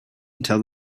until